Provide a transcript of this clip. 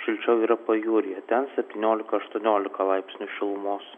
šilčiau yra pajūryje ten septyniolika aštuoniolika laipsnių šilumos